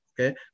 okay